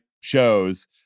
shows